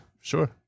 sure